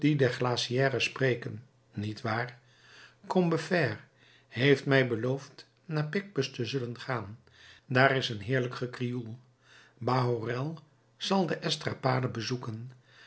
der glacière spreken niet waar combeferre heeft mij beloofd naar picpus te zullen gaan daar is een heerlijk gekrioel bahorel zal de estrapade bezoeken